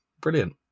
Brilliant